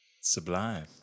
Sublime